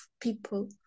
people